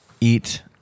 eat